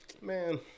Man